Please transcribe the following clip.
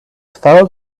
fell